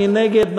מי נגד?